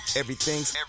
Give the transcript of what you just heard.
everything's